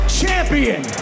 champion